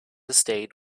stayed